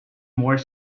more